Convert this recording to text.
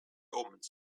omens